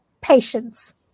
patience